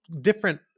different